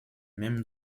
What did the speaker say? mêmes